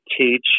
teach